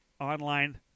online